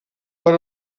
per